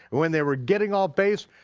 when they were getting off base,